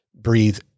breathe